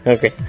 Okay